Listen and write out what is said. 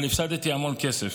אבל הפסדתי המון כסף.